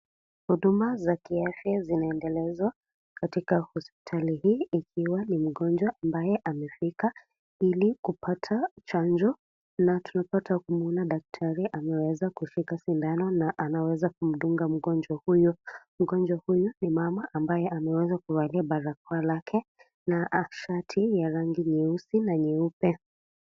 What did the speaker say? Huduma ya afya zinaendelezwa katika hospitali hii ikiwa ni mgonjwa ambaye amefika ili kupata chanjo, na tunapata kuona daktari ameweza kushika sindano na ameweza kumdunga mgonjwa huyu, mgonjwa huyu ni mama ambaye ameweza kuvalia barakoa lake na shati ya rangi nyeusi na nyeupe.